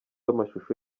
amashusho